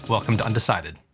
welcome to undecided.